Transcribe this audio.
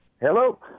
Hello